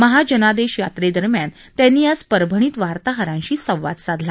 महाजनादेश यात्रेदरम्यान त्यांनी आज परभणीत वार्ताहरांशी संवाद साधला